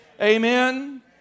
Amen